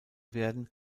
werden